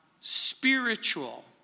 spiritual